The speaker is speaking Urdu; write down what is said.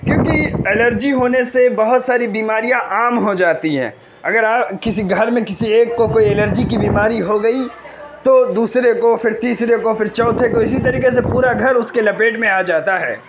کیونکہ ایلرجی ہونے سے بہت ساری بیماریاں عام ہو جاتی ہیں اگر آپ کسی گھر میں کسی ایک کو کوئی ایلرجی کی بیماری ہو گئی تو دوسرے کو پھر تیسرے کو پھر چوتھے کو اسی طریقے سے پورا گھر اس کے لپیٹ میں آ جاتا ہے